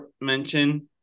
mention